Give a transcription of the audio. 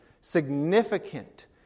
significant